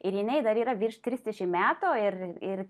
ir jinai dar yra virš trisdešimt metų ir ir